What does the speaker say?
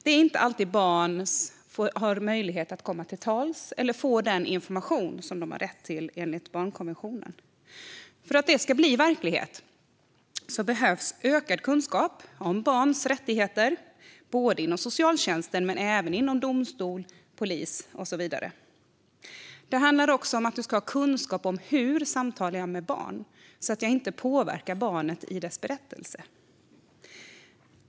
Det är inte alltid som barn har möjlighet att komma till tals eller få den information som de har rätt till enligt barnkonventionen. För att detta ska bli verklighet behövs ökad kunskap om barns rättigheter, både inom socialtjänsten och när det gäller domstol, polis och så vidare. Det handlar också om att man ska ha kunskap om hur man samtalar med barn, så att man inte påverkar barnet i dess berättelse.